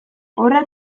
horra